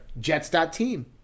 Jets.team